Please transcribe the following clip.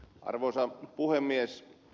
arvoisa puhemies